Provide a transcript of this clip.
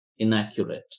inaccurate